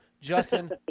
justin